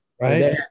Right